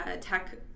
tech